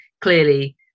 clearly